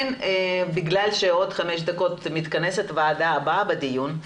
עוד חמש דקות מתכנסת הוועדה הבאה לדיון,